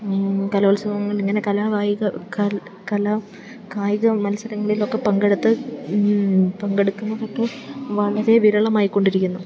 കലോത്സവങ്ങള് ഇങ്ങനെ കലാകായിക കലാ കായിക മത്സരങ്ങളിലൊക്കെ പങ്കെടുത്ത് പങ്കെടുക്കുന്നതൊക്കെ വളരെ വിരളമായിക്കൊണ്ടിരിക്കുന്നു